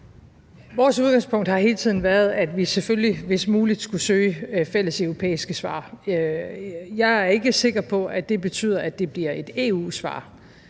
Vores udgangspunkt har hele tiden været, at vi selvfølgelig, hvis muligt, skulle søge fælles europæiske svar. Jeg er ikke sikker på, at det betyder, at det bliver et EU-svar,